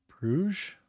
Bruges